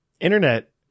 internet